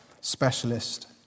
specialist